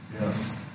Yes